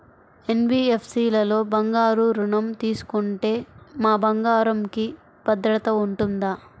NBFC లలో బంగారు ఋణం తీసుకుంటే మా బంగారంకి భద్రత ఉంటుందా?